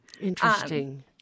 Interesting